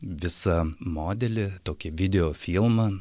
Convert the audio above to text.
visą modelį tokį videofilmą